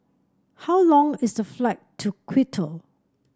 how long is the flight to Quito